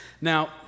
Now